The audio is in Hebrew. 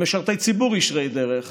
עם משרתי ציבור ישרי דרך,